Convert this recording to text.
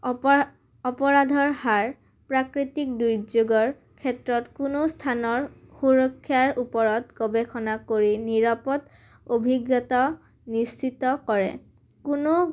অপৰা অপৰাধৰ হাৰ প্ৰাকৃতিক দুৰ্যোগৰ ক্ষেত্ৰত কোনো স্থানৰ সুৰক্ষাৰ ওপৰত গৱেষণা কৰি নিৰাপদ অভিজ্ঞতা নিশ্চিত কৰে কোনো